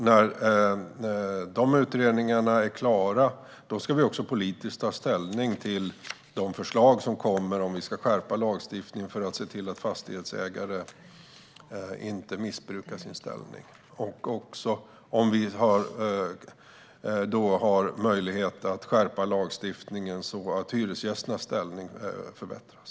När de utredningarna är klara ska vi politiskt ta ställning till de förslag som kommer att läggas fram, om lagstiftningen ska skärpas så att fastighetsägare inte kan missbruka sin ställning eller så att hyresgästernas ställning kan förbättras.